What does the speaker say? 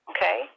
Okay